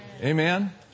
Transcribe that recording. Amen